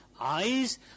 eyes